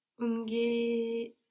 unge